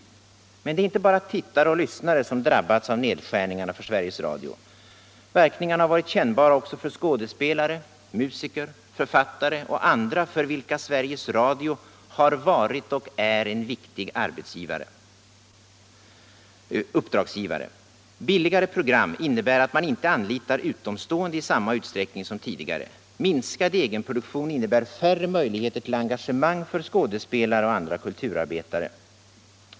Men det är inte bara tittare och lyssnare som drabbats av nedskärningarna för Sveriges Radio. Verkningarna har varit kännbara också för skådespelare, musiker, författare och andra för vilka Sveriges Radio har varit och är en viktig uppdragsgivare. Billigare program innebär att man inte anlitar utomstående i samma utsträckning som tidigare. Minskad egenproduktion innebär färre möjligheter till engagemang för skådespelare och andra kulturarbetare.